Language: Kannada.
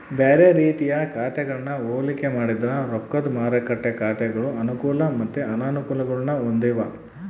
ಬ್ಯಾರೆ ರೀತಿಯ ಖಾತೆಗಳನ್ನ ಹೋಲಿಕೆ ಮಾಡಿದ್ರ ರೊಕ್ದ ಮಾರುಕಟ್ಟೆ ಖಾತೆಗಳು ಅನುಕೂಲ ಮತ್ತೆ ಅನಾನುಕೂಲಗುಳ್ನ ಹೊಂದಿವ